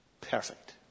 perfect